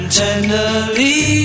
tenderly